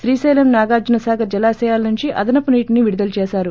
శ్రీశైలం నాగార్జున సాగర్ జలాశయాల నుంచి అదనపు నీటిని విడుదల చేశారు